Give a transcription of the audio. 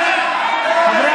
בושה.